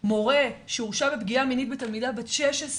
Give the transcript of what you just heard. מורה שהורשע בפגיעה מינית בתלמידה בת 16,